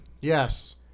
Yes